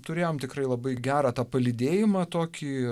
turėjom tikrai labai gerą tą palydėjimą tokį